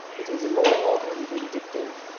it is immoral and vindictive.